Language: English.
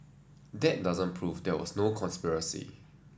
that doesn't prove there was no conspiracy